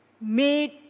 made